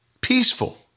peaceful